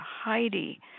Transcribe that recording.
Heidi